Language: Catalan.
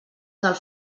del